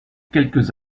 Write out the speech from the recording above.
quelques